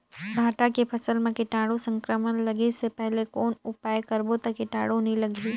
भांटा के फसल मां कीटाणु संक्रमण लगे से पहले कौन उपाय करबो ता कीटाणु नी लगही?